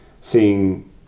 seeing